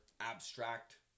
abstract